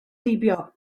heibio